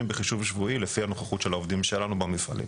בחישוב שבועי לפי הנוכחות של העובדים שלנו במפעלים.